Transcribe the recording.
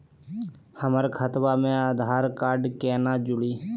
हमर खतवा मे आधार कार्ड केना जुड़ी?